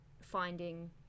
finding